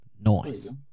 noise